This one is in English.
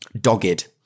Dogged